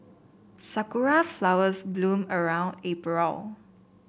sakura flowers bloom around April